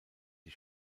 die